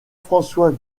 francois